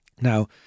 Now